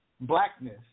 Blackness